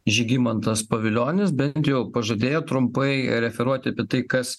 žygimantas pavilionis bent jau pažadėjo trumpai referuoti apie tai kas